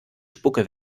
spucke